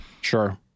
sure